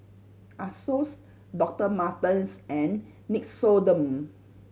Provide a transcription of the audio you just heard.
Asos Doctor Martens and Nixoderm